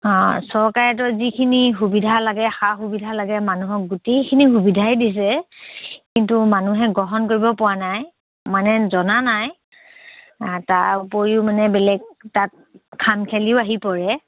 অঁ চৰকাৰেতো যিখিনি সুবিধা লাগে সা সুবিধা লাগে মানুহক গোটেইখিনি সুবিধাই দিছে কিন্তু মানুহে গ্ৰহণ কৰিব পৰা নাই মানে জনা নাই তাৰ উপৰিও মানে বেলেগ তাত আহি পৰে